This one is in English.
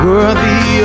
Worthy